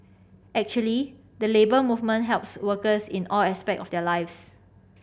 actually the Labour Movement helps workers in all aspects of their lives